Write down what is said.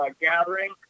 Gathering